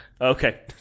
Okay